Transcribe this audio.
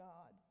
God